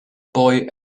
boy